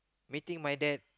meeting my dad